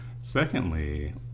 Secondly